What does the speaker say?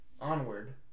Onward